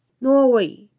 Norway